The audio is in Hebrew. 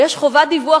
ויש חובת דיווח,